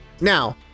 now